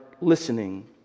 listening